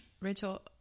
Rachel